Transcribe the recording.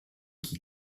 qui